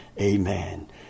Amen